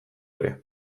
ere